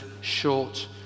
short